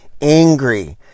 angry